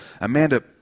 Amanda